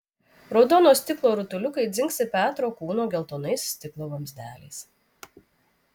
raudono stiklo rutuliukai dzingsi petro kūno geltonais stiklo vamzdeliais